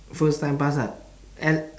first time pass ah and